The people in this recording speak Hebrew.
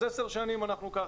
אז 10 שנים אנחנו כך.